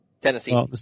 Tennessee